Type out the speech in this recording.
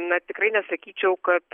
na tikrai nesakyčiau kad